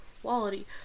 quality